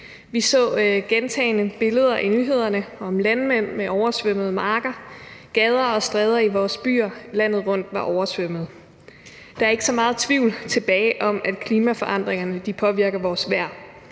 Vi så gentagne billeder i nyhederne af landmænd med oversvømmede marker. Gader og stræder i vores byer landet rundt var oversvømmet. Der er ikke så meget tvivl tilbage om, at klimaforandringerne påvirker vores vejr.